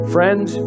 Friends